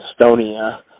Estonia